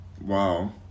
Wow